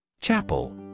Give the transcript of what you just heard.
CHAPEL